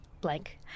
blank